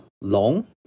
long